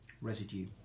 residue